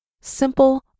simple